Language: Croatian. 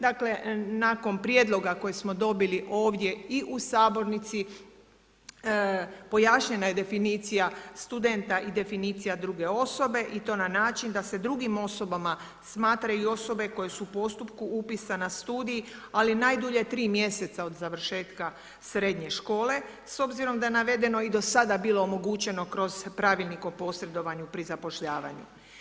Dakle nakon prijedloga koji smo dobili ovdje i u sabornici pojašnjena je definicija studenta i definicija druge osobe i to na način da se drugim osobama smatraju i osobe koje su u postupku upisa na studij ali najdulje 3 mjeseca od završetka srednje škole s obzirom da je navedeno i do sada bilo omogućeno kroz pravilnik o posredovanju pri zapošljavanju.